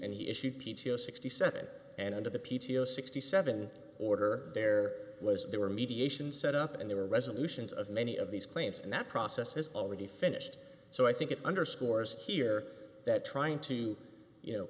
he issued p t o sixty seven and under the p t o sixty seven order there was there were mediation set up and they were resolutions of many of these claims and that process has already finished so i think it underscores here that trying to you know